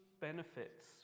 benefits